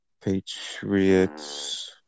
Patriots